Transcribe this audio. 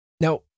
Now